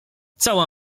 cała